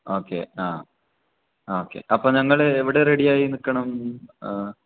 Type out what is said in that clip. okay ആ അ okay അപ്പം ഞങ്ങൾ എവിടെ റെഡിയായി നിൽക്കണം